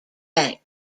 bank